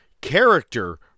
character